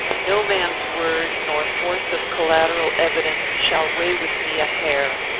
no man's word, nor force of collateral evidence, shall weigh with me a hair.